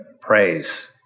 praise